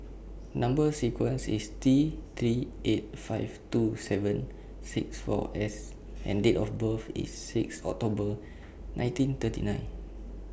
Number sequence IS T three eight five two seven six four S and Date of birth IS six October nineteen thirty nine